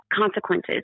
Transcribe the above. consequences